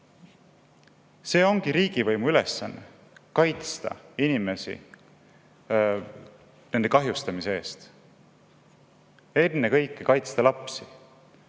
perekond. Riigivõimu ülesanne on kaitsta inimesi nende kahjustamise eest, ennekõike kaitsta lapsi.